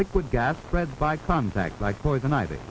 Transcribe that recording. liquid gas spread by contact like poison ivy